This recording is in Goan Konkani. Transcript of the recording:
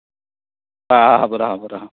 आहा बरो आहा बरो आहा